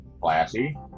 classy